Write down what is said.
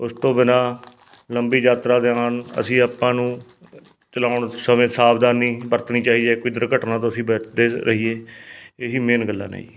ਉਸ ਤੋਂ ਬਿਨਾਂ ਲੰਬੀ ਯਾਤਰਾ ਦੇ ਨਾਲ਼ ਅਸੀਂ ਆਪਾਂ ਨੂੰ ਚਲਾਉਣ ਸਮੇਂ ਸਾਵਧਾਨੀ ਵਰਤਣੀ ਚਾਹੀਏ ਕੋਈ ਦੁਰਘਟਨਾ ਤੋਂ ਅਸੀਂ ਬਚਦੇ ਰਹੀਏ ਇਹੀ ਮੇਨ ਗੱਲਾਂ ਨੇ ਜੀ